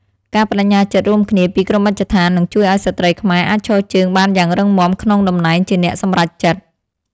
ការប្តេជ្ញាចិត្តរួមគ្នាពីគ្រប់មជ្ឈដ្ឋាននឹងជួយឱ្យស្ត្រីខ្មែរអាចឈរជើងបានយ៉ាងរឹងមាំក្នុងតំណែងជាអ្នកសម្រេចចិត្ត។